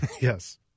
Yes